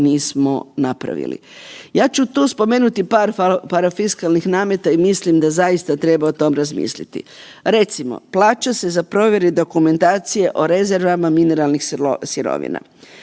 nismo napravili. Ja ću tu spomenuti par parafiskalnih nameta i mislim da zaista treba o tom razmisliti. Recimo, plaća se za provjere dokumentacije o rezervama mineralnih sirovina,